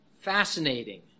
fascinating